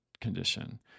condition